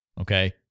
okay